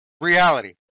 reality